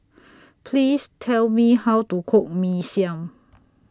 Please Tell Me How to Cook Mee Siam